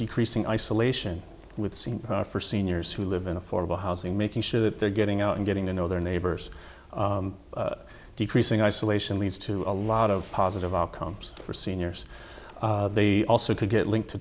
decreasing isolation would seem for seniors who live in affordable housing making sure that they're getting out and getting to know their neighbors decreasing isolation leads to a lot of positive outcomes for seniors they also could get linked to